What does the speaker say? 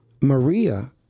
Maria